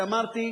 אמרתי,